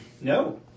No